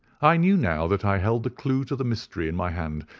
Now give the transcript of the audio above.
i knew now that i held the clue to the mystery in my hand,